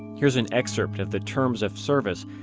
here's an excerpt of the terms of service,